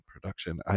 production